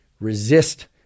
resist